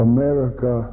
America